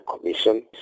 Commission